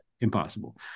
Impossible